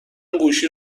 گوشی